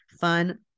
fun